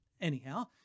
Anyhow